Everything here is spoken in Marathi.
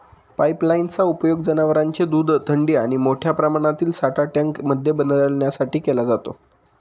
पाईपलाईन चा उपयोग जनवरांचे दूध थंडी आणि मोठ्या प्रमाणातील साठा टँक मध्ये बदलण्यासाठी केला जातो